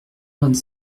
vingt